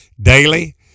daily